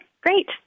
great